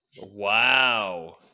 wow